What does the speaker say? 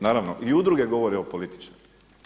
Naravno i udruge govore o političarima.